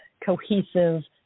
cohesive